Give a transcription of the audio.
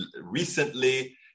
recently